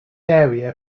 area